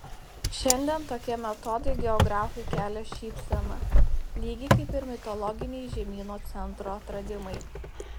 šiandien tokie metodai geografui kelia šypseną lygiai kaip ir mitologiniai žemyno centro atradimai